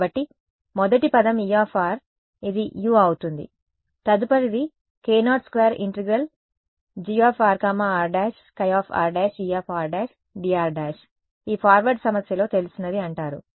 కాబట్టి మొదటి పదం E ఇది u అవుతుంది తదుపరిది k02∫ DG rr′χr′Er′dr′ ఈ ఫార్వర్డ్ సమస్యలో తెలిసినది అంటారు